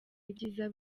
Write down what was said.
ibyiza